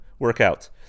workouts